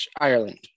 ireland